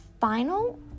final